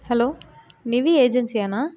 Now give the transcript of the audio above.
hello Nivi ஏஜென்சியாண்ணா